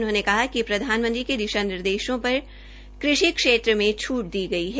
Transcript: उन्होंने कहा कि प्रधानमंत्री ने दिशा निर्देश पर कृषि क्षेत्र में छूट दी गई है